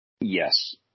Yes